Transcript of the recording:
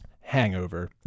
Hangover